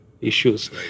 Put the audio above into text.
issues